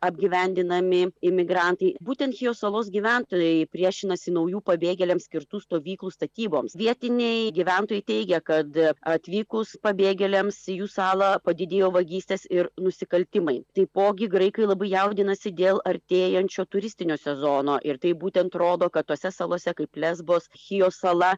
apgyvendinami imigrantai būtent chijos salos gyventojai priešinasi naujų pabėgėliams skirtų stovyklų statyboms vietiniai gyventojai teigia kad atvykus pabėgėliams į jų salą padidėjo vagystės ir nusikaltimai taipogi graikai labai jaudinasi dėl artėjančio turistinio sezono ir tai būtent rodo kad tose salose kaip lezbos chijo sala